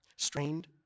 strained